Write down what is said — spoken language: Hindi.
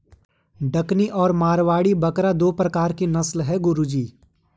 डकनी और मारवाड़ी बकरा दो प्रकार के नस्ल है गुरु जी